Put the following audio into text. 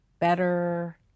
better